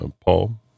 Paul